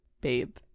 Babe